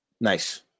nice